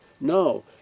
No